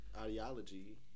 Ideology